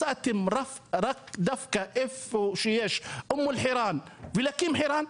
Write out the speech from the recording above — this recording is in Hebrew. מצאתם רק דווקא איפה שיש אום אל חירן ולהקים חירן?